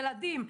ילדים,